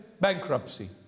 Bankruptcy